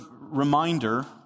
reminder